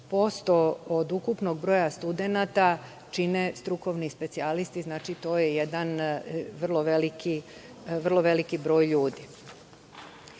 36% od ukupnog broja studenata čine strukovni specijalisti. Znači, to je jedan vrlo veliki broj ljudi. Ovde